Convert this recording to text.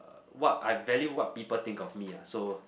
uh what I value what people think of me ah so